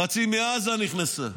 חצי מעזה נכנסה,